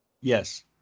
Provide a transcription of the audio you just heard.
Yes